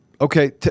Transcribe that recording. Okay